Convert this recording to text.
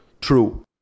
true